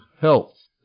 health